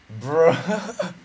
bro